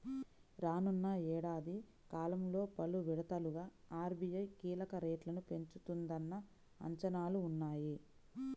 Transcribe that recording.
రానున్న ఏడాది కాలంలో పలు విడతలుగా ఆర్.బీ.ఐ కీలక రేట్లను పెంచుతుందన్న అంచనాలు ఉన్నాయి